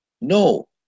no